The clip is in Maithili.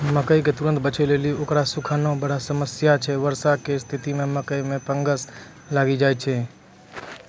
मकई के तुरन्त बेचे लेली उकरा सुखाना बड़ा समस्या छैय वर्षा के स्तिथि मे मकई मे फंगस लागि जाय छैय?